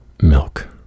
milk